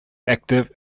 active